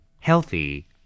Healthy